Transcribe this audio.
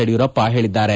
ಯಡಿಯೂರಪ್ಪ ಹೇಳಿದ್ದಾರೆ